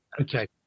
Okay